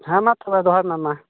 ᱦᱮᱸᱢᱟ ᱛᱚᱵᱮ ᱫᱚᱦᱚᱭᱢᱮ ᱢᱟ